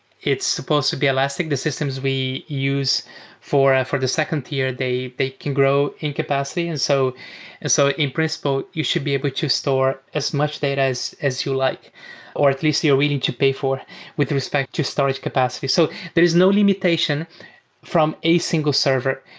it's supposed to be elastic. the systems we use for for the second tier, they they can grow in capacity. and so and so in principal, you should be able to store as much as data as as you like or at least you're willing to pay for with respect to storage capacity. so there is no limitation from a single server.